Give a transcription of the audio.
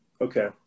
Okay